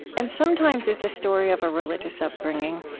and sometimes, it's a story of a religious upbringing.